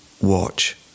watch